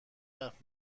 حرف